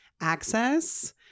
access